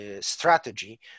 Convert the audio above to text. strategy